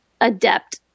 adept